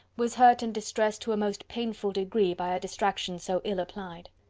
was hurt and distressed to a most painful degree by a distinction so ill applied.